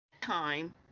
time